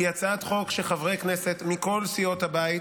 היא הצעת חוק שחברי כנסת מכל סיעות הבית